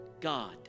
God